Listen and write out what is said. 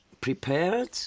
prepared